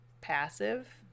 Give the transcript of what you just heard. passive